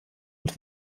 und